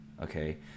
okay